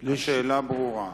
השאלה ברורה.